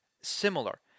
similar